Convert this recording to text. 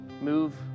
move